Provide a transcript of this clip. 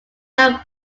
ran